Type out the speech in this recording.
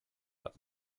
hat